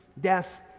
death